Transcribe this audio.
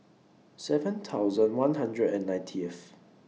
seven thousand one hundred and ninetieth